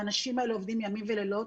האנשים האלה עובדים ימים ולילות.